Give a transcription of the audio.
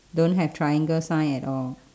don't have triangle sign at all